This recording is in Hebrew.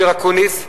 אופיר אקוניס,